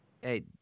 Hey